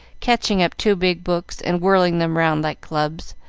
catching up two big books and whirling them round like clubs,